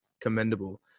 commendable